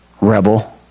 Rebel